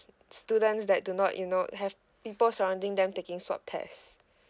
students that do not you know have people surrounding them taking swab test